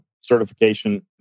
certification